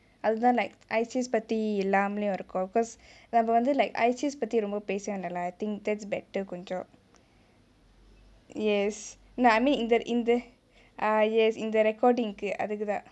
அதுதா:athuthaa like I_C_S பத்தி இல்லாமலையும் இருக்கோ:pathi illaamalaiyum irukko because நம்ம வந்து:namma vanthu like I_C_S பத்தி ரொம்ப பேசவேணாலா:pathi romba pesavenaalaa I think that's better கொஞ்சோ:konjo yes ya I mean in the in the ah yes இந்த:intha recording கு அதுக்குதா:ku athukuthaa